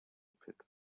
pit